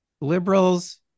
liberals